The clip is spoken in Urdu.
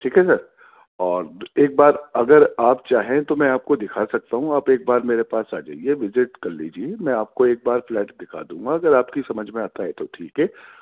ٹھیک ہے سر اور ایک بار اگر آپ چاہیں تو میں آپ کو دکھا سکتا ہوں آپ ایک بار میرے پاس آ جائیے وزٹ کر لیجیے میں آپ کو ایک بار فلیٹ دکھا دوں گا اگر آپ کی سمجھ میں آتا ہے تو ٹھیک ہے